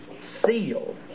sealed